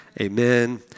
amen